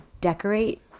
decorate